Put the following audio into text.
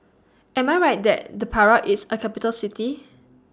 Am I Right that The Prague IS A Capital City